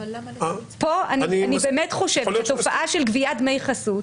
אני חושבת שתופעה של גביית דמי חסות